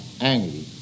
angry